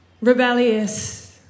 rebellious